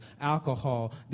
alcohol